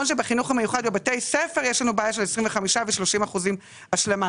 שבחינוך המיוחד בבתי ספר יש לנו בעיה של 25% ו-30% השלמה,